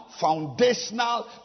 foundational